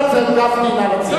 בושה.